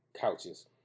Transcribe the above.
couches